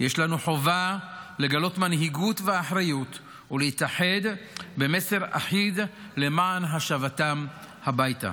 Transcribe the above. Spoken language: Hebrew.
יש לנו חובה לגלות מנהיגות ואחריות ולהתאחד במסר אחיד למען השבתם הביתה.